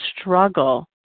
struggle